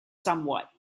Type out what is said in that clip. somewhat